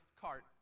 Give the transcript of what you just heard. cart